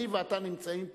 אני ואתה נמצאים פה,